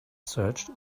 searched